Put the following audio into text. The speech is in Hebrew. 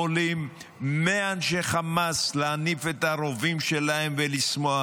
יכולים 100 אנשי חמאס להניף את הרובים שלהם ולשמוח,